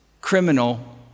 criminal